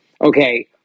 okay